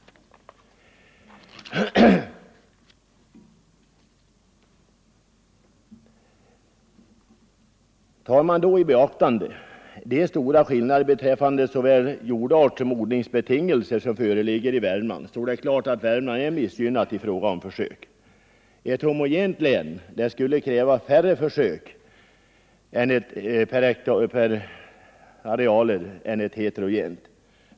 Tar man i beaktande de stora skillnader beträffande såväl jordart som odlingsbetingelser som föreligger mellan olika områden i Värmland, står det klart att Värmland är missgynnat i fråga om försök. Ett homogent län skulle kräva färre försök per arealenhet än ett heterogent.